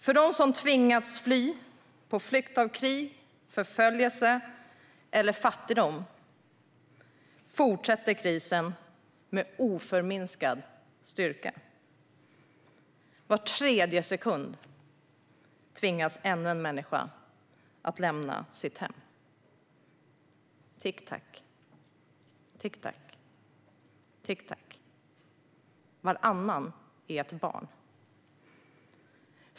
För dem som tvingats på flykt av krig, förföljelse eller fattigdom fortsätter krisen med oförminskad styrka. Var tredje sekund tvingas ännu en människa att lämna sitt hem. Tick tack, tick tack, tick tack. Varannan är ett barn.